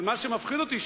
אבל מה שמפחיד אותי,